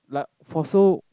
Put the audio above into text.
like for so